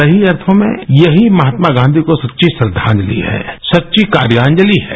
सही अर्थों में यही महात्मा गाँधी को सच्ची श्रद्धांजलि है सच्ची कार्याजलि है